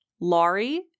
Laurie